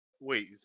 Wait